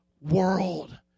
world